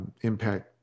impact